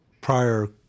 prior